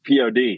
POD